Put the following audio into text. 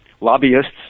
Lobbyists